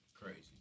Crazy